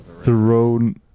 thrown